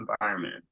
environment